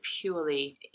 purely